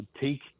take